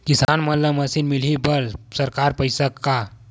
किसान मन ला मशीन मिलही बर सरकार पईसा का?